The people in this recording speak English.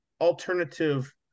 alternative